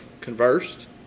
conversed